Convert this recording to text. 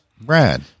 Brad